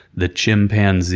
the chimpanzee